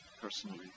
personally